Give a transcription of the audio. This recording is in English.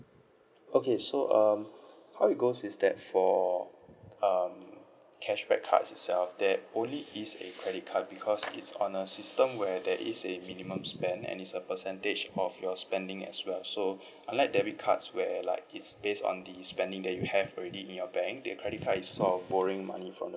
okay so um how it goes is that for um cashback cards itself there's only is a credit card because it's on a system where there is a minimum spend and is a percentage of your spending as well so unlike debit cards where like it's based on the spending that you have already in your bank the credit card is sort of borrowing money from